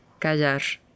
callar